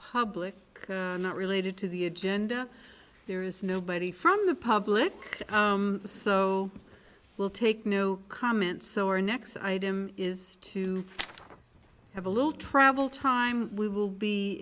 public not related to the agenda there is nobody from the public the so i will take no comment so our next item is to have a little travel time we will be